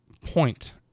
point